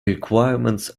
requirements